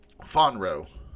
Fonro